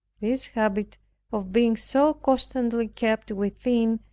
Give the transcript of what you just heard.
this habit of being so constantly kept within,